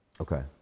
Okay